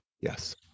Yes